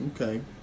Okay